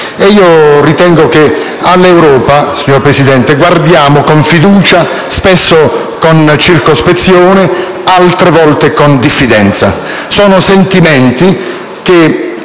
Ritengo che all'Europa, signor Presidente, guardiamo con fiducia, spesso con circospezione, altre volte con diffidenza. Sono sentimenti che